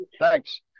Thanks